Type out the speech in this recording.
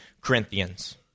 Corinthians